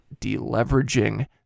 deleveraging